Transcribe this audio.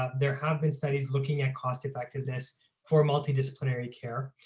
there have been studies looking at cost effectiveness for multidisciplinary care.